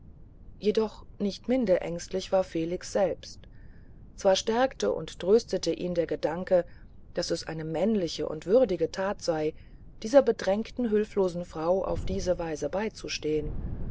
jedoch nicht minder ängstlich war felix selbst zwar stärkte und tröstete ihn der gedanke daß es eine männliche und würdige tat sei einer bedrängten hülflosen frau auf diese weise beizustehen